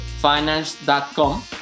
finance.com